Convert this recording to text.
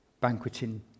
banqueting